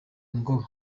ngo